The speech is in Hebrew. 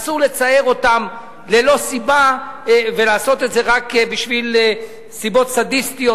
אסור לצער אותם ללא סיבה ולעשות את זה רק מסיבות סדיסטיות.